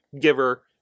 giver